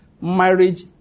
marriage